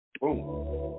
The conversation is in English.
Boom